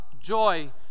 joy